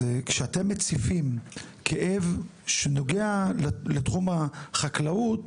אז כשאתם מציפים כאב שנוגע לתחום החקלאות,